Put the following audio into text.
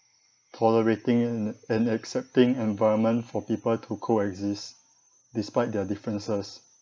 tolerating and and accepting environment for people to coexist despite their differences